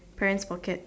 friend's pocket